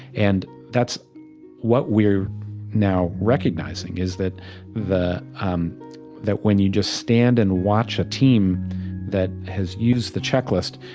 and that's what we're now recognizing, is that the um that when you just stand and watch a team that has used the checklist,